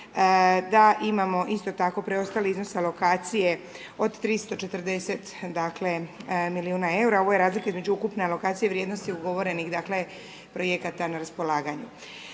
da imamo isto tako preostali iznos alokacije od 340 dakle milijuna eura. Ovo je razlika između ukupne alokacije vrijednosti ugovorenih dakle projekata na raspolaganju.